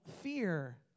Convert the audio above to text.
fear